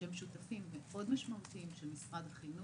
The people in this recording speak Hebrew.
שהם שותפים מאוד משמעותיים של משרד החינוך.